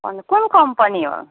कुन कम्पनी हो